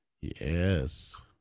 Yes